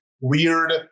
weird